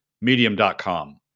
medium.com